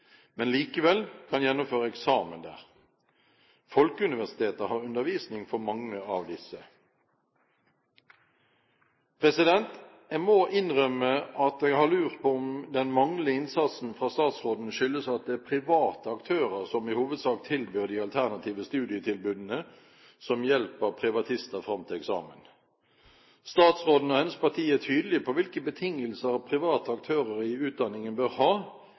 men likevel kan gjennomføre eksamen der. Folkeuniversitetet har undervisning for mange av disse. Jeg må innrømme at jeg har lurt på om den manglende innsatsen fra statsråden skyldes at det er private aktører som i hovedsak gir de alternative studietilbudene som hjelper privatister fram til eksamen. Statsråden og hennes parti er tydelige på hvilke betingelser private aktører i utdanningen bør ha,